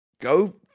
Go